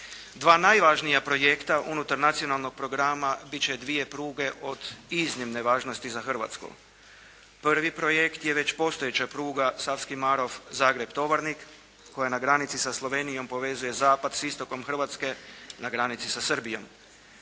Dva najvažnija projekta unutar nacionalnog programa bit će dvije pruge od iznimne važnosti za Hrvatsku. Prvi projekt je već postojeća pruga Savski Marof-Zagreb-Tovarnik koja je na granici sa Slovenijom povezuje zapad s istokom Hrvatske na granici sa Srbijom.